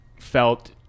felt